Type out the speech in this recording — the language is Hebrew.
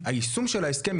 היישום של ההסכם,